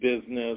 business